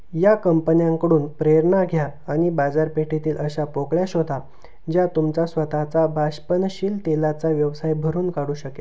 या कंपन्यांकडून प्रेरणा घ्या आणि बाजारपेठेतील अशा पोकळ्या शोधा ज्या तुमचा स्वतःचा बाष्पनशील तेलाचा व्यवसाय भरून काढू शकेल